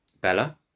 Bella